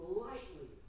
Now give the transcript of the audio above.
lightly